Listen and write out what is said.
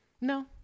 No